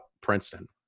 Princeton